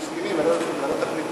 ועדת פנים.